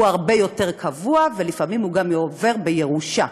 הוא הרבה יותר קבוע, ולפעמים הוא גם עובר בירושה,